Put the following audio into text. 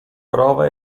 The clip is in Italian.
prova